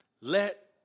Let